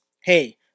hey